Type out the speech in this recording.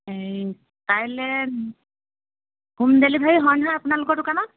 হেৰি কাইলৈ home delivery হয় নহয় আপোনালোকৰ দোকানত